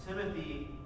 Timothy